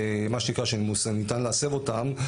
מה שנקרא שניתן להסב אותם,